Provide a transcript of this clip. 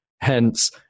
Hence